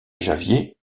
javier